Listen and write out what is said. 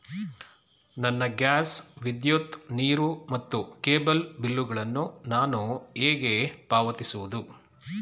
ನನ್ನ ಗ್ಯಾಸ್, ವಿದ್ಯುತ್, ನೀರು ಮತ್ತು ಕೇಬಲ್ ಬಿಲ್ ಗಳನ್ನು ನಾನು ಹೇಗೆ ಪಾವತಿಸುವುದು?